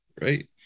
right